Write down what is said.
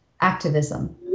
activism